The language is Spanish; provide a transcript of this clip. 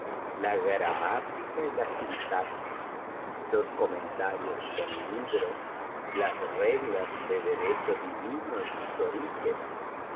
la gramática y la sintaxis los comentarios del libro las reglas de derecho divino y sus orígenes